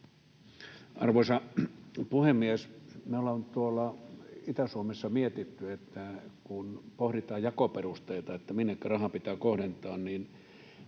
Arvoisa puhemies! Me ollaan tuolla Itä-Suomessa mietitty, että kun pohditaan jakoperusteita eli sitä, minnekä raha pitää kohdentaa, niin